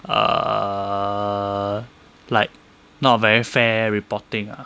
err like not very fair reporting ah